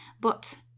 but